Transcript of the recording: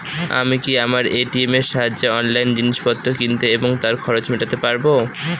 আমি কি আমার এ.টি.এম এর সাহায্যে অনলাইন জিনিসপত্র কিনতে এবং তার খরচ মেটাতে পারব?